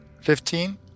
Fifteen